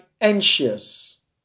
anxious